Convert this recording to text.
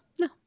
No